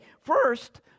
First